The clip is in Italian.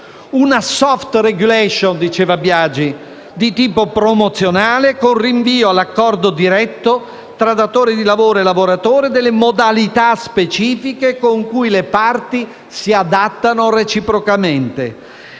Una *soft regulation*, come diceva Biagi, di tipo promozionale, con rinvio all'accordo diretto tra datore di lavoro e lavoratore delle modalità specifiche con cui le parti si adattano reciprocamente.